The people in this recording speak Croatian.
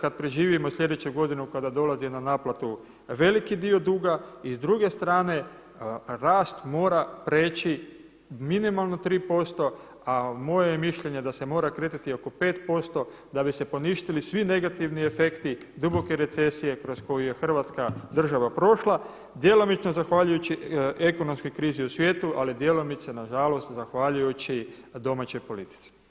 kad preživimo slijedeću godinu kada dolazi na naplatu veliki dio duga, i s druge strane rast mora preći minimalno 3% a moje je mišljenje da se mora kretati oko 5% da bi se poništili svi negativni efekti duboke recesije kroz koju je Hrvatska država prošla djelomično zahvaljujući ekonomskoj krizi u svijetu ali djelomice nažalost zahvaljujući domaćoj politici.